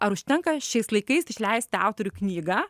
ar užtenka šiais laikais išleisti autoriui knygą